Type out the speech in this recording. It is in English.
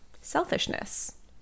selfishness